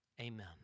Amen